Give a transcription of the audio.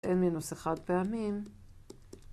אין מינוס אחד פעמים.